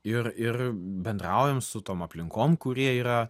ir ir bendraujam su tom aplinkom kur jie yra